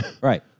Right